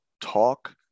talk